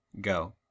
Go